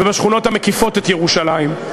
ובשכונות המקיפות את ירושלים.